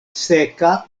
seka